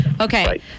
okay